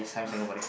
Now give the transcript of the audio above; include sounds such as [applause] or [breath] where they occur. [breath]